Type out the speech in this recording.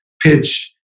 pitch